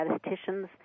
statisticians